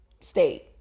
state